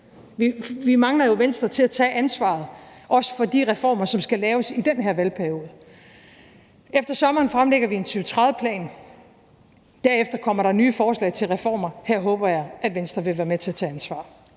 Vi mangler jo Venstre til at tage ansvaret også for de reformer, som skal laves i den her valgperiode. Efter sommeren fremlægger vi en 2030-plan. Derefter kommer der nye forslag til reformer, og her håber jeg, at Venstre vil være med til at tage ansvar.